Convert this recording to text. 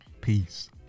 peace